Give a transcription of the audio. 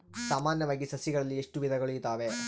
ಸಾಮಾನ್ಯವಾಗಿ ಸಸಿಗಳಲ್ಲಿ ಎಷ್ಟು ವಿಧಗಳು ಇದಾವೆ?